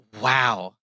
Wow